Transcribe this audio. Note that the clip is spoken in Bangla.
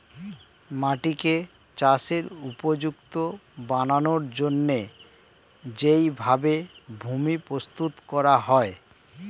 মাটিকে চাষের উপযুক্ত বানানোর জন্যে যেই ভাবে ভূমি প্রস্তুত করা হয়